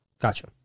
gotcha